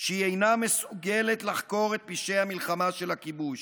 שהיא אינה מסוגלת לחקור את פשעי המלחמה של הכיבוש.